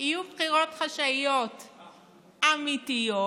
יהיו בחירות חשאיות אמיתיות,